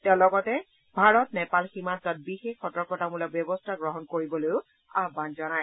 তেওঁ লগতে ভাৰত নেপাল সীমান্তত বিশেষ সতৰ্কতামূলক ব্যৱস্থা গ্ৰহণ কৰিবলৈ আহান জনায়